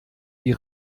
die